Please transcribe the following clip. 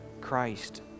Christ